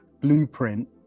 blueprint